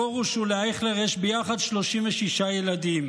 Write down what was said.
לפרוש ולאייכלר יש ביחד 36 ילדים,